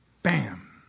Bam